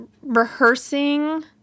rehearsing